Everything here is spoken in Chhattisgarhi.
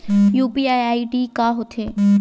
यू.पी.आई आई.डी का होथे?